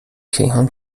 کیهان